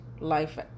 Life